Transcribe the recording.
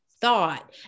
thought